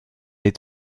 est